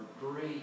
great